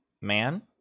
man